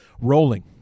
rolling